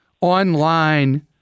online